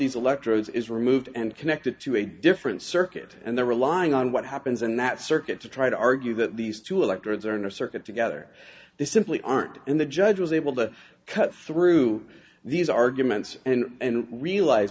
these electrodes is removed and connected to a different circuit and they're relying on what happens in that circuit to try to argue that these two electrodes are in a circuit together they simply aren't in the judge was able to cut through these arguments and realize